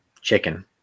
chicken